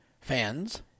Fans